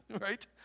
right